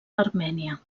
armènia